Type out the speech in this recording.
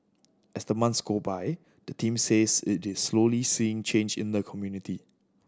as the months go by the team says it is slowly seeing change in the community